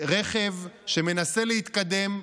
רכב שמנסה להתקדם,